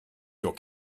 your